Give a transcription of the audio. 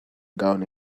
gown